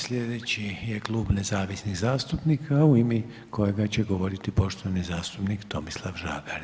Sljedeći je Klub nezavisnih zastupnika u ime kojega će govoriti poštovani zastupnik Tomislav Žagar.